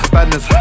Badness